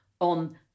on